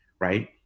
right